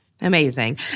Amazing